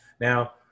now